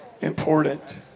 important